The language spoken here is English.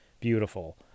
beautiful